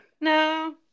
No